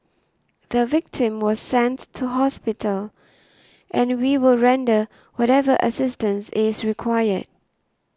the victim was sent to hospital and we will render whatever assistance is required